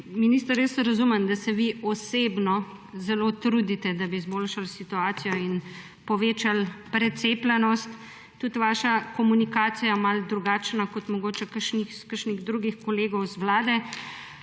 Minister, jaz razumem, da se vi osebno zelo trudite, da bi izboljšali situacijo in povečali precepljenost. Tudi vaša komunikacija je malo drugačna kot mogoče kakšnih drugih kolegov iz vlade,